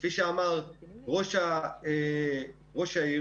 כפי שאמר ראש העיר,